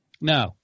No